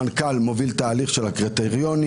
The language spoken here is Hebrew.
המנכ"ל מוביל תהליך של הקריטריונים